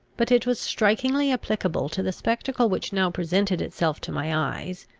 but it was strikingly applicable to the spectacle which now presented itself to my eyes,